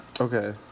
Okay